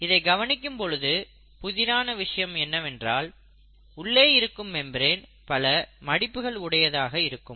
இதை கவனிக்கும் பொழுது புதிரான விஷயம் என்னவென்றால் உள்ளே இருக்கும் மெம்பரேன் பல மடிப்புகள் உடையதாக இருக்கும்